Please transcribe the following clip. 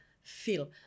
feel